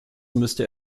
müsste